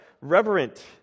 reverent